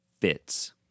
fits